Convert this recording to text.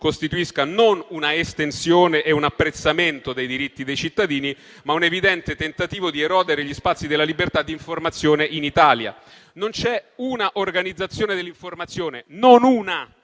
costituisca non un'estensione e un apprezzamento dei diritti dei cittadini, ma un evidente tentativo di erodere gli spazi della libertà d'informazione in Italia. Non c'è un'organizzazione dell'informazione, non una,